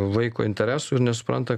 vaiko interesų ir nesupranta